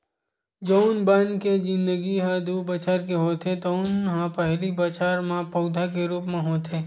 जउन बन के जिनगी ह दू बछर के होथे तउन ह पहिली बछर म पउधा के रूप म होथे